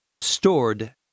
stored